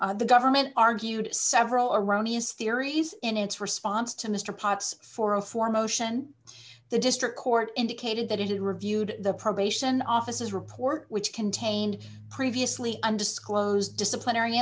on the government argued several erroneous theories in its response to mr potts for a four motion the district court indicated that it reviewed the probation officers report which contained previously undisclosed disciplinary